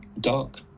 dark